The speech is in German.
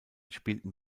spielten